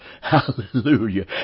Hallelujah